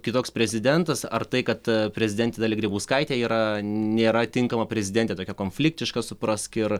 kitoks prezidentas ar tai kad aaa prezidentė dalia grybauskaitė yra nėra tinkama prezidentė tokia konfliktiška suprask ir